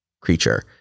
creature